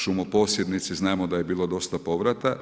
Šumoposjednici znamo da je bilo dosta povrata.